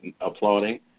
applauding